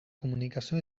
comunicació